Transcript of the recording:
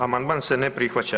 Amandman se ne prihvaća.